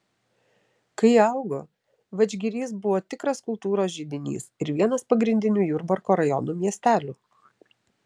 kai ji augo vadžgirys buvo tikras kultūros židinys ir vienas pagrindinių jurbarko rajono miestelių